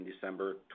December